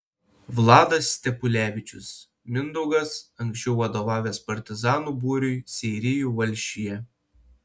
vladas stepulevičius mindaugas anksčiau vadovavęs partizanų būriui seirijų valsčiuje